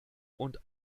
und